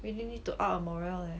really need to up our morale leh